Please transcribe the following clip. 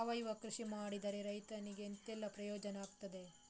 ಸಾವಯವ ಕೃಷಿ ಮಾಡಿದ್ರೆ ರೈತರಿಗೆ ಎಂತೆಲ್ಲ ಪ್ರಯೋಜನ ಆಗ್ತದೆ?